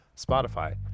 Spotify